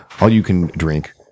all-you-can-drink